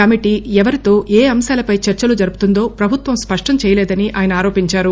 committee ఎవరితో ఏఅంశాలపై చర్చలు జరుపుతుందో ప్రభుత్వం స్పష్టం చేయలేదని ఆయన ఆరోపించారు